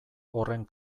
horren